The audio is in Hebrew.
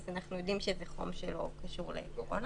אנחנו יודעים שזה לא קשור לקורונה.